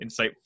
insightful